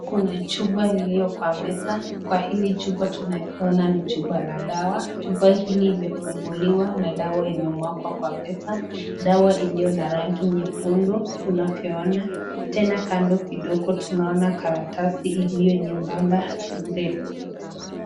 Kuna chupa iliyo kwa meza. Kwa hili chupa tunaona ni chupa la dawa. Chupa hili imefunguliwa na dawa imemwagwa kwa meza. Dawa iliyo na rangi nyekundu tunavyoona. Tena kando kidogo tunaona karatasi iliyo nyembamba mrefu.